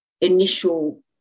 initial